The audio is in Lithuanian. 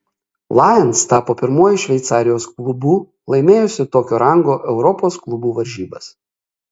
lions tapo pirmuoju šveicarijos klubu laimėjusiu tokio rango europos klubų varžybas